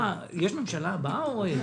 יש ממשלה הבאה או אין?